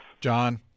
John